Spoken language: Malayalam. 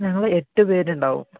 ഞങ്ങൾ എട്ടു പേരുണ്ടാവും